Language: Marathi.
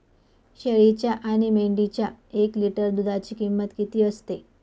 शेळीच्या आणि मेंढीच्या एक लिटर दूधाची किंमत किती असते?